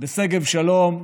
בשגב שלום.